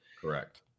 Correct